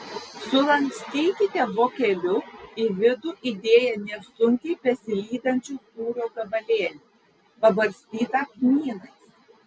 sulankstykite vokeliu į vidų įdėję nesunkiai besilydančio sūrio gabalėlį pabarstytą kmynais